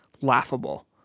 laughable